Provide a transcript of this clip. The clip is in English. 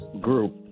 group